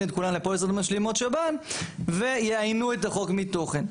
את כולם לפוליסות משלימות שב"ן ויאיינו את החוק מתוכן.